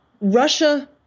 Russia